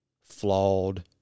flawed